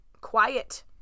quiet